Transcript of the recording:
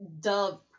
dub